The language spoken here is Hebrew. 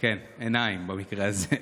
עיניים, במקרה הזה.